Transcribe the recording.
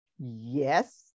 Yes